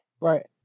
Right